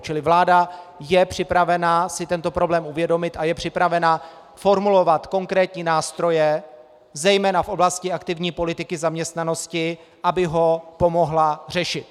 Čili vláda je připravena si tento problém uvědomit a je připravena formulovat konkrétní nástroje, zejména v oblasti aktivní politiky zaměstnanosti, aby ho pomohla řešit.